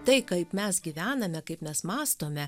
tai kaip mes gyvename kaip mes mąstome